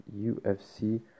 UFC